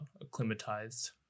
acclimatized